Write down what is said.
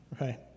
right